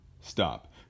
stop